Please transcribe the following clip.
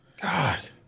God